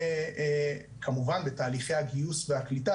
כמובן בתהליכי הגיוס והקליטה,